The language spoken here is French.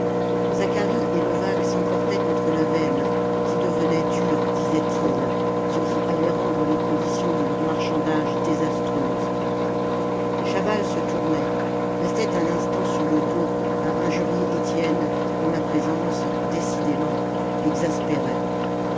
zacharie et levaque s'emportaient contre la veine qui devenait dure disaient-ils ce qui allait rendre les conditions de leur marchandage désastreuses chaval se tournait restait un instant sur le dos à injurier étienne dont la présence décidément